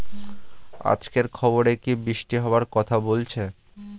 আজকের খবরে কি বৃষ্টি হওয়ায় কথা বলেছে?